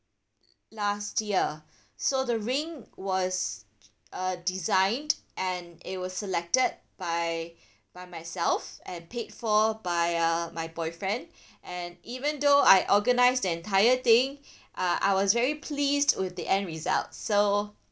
last year so the ring was uh designed and it was selected by by myself and paid for by uh my boyfriend and even though I organized the entire thing uh I was very pleased with the end result so